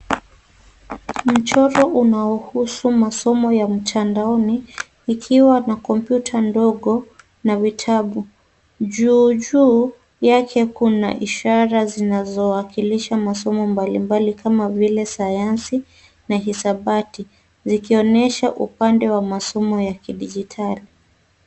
Mchoro unaohusu masomo ya mtandaoni, ikiwa na kompyuta ndogo na vitabu. Juu juu yake kuna ishara zinazowakilisha masomo mbalimbali kama vile sayansi na hisabati, zikionyesha upande wa masomo ya kidijitali.